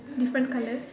different colours